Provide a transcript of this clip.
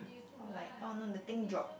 oh like oh no the thing drop